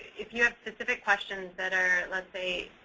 if you have specific questions that are let's say,